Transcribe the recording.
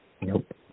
Nope